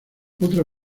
otra